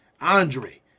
Andre